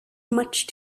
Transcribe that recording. much